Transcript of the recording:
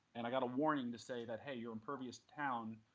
and i got a warning to say that, hey, your impervious town